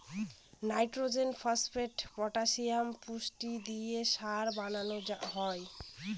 nitrogen, phosphate, potassium পুষ্টি দিয়ে সার বানানো হয়